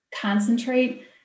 concentrate